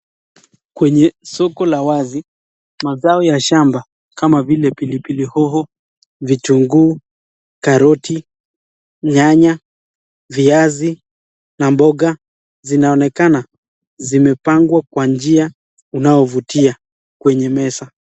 Kwenye soko la wazi, mazao ya shamba kama vile pilipili hoho, vitunguu, karoti , nyanya, viazi na mboga zinaonekana zimepangwa kwa njia unaovutia kwenye meza.